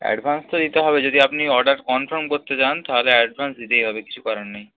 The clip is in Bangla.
অ্যাডভান্স তো দিতে হবে যদি আপনি অর্ডার কনফার্ম করতে চান তাহলে অ্যাডভান্স দিতেই হবে কিছু করার নেই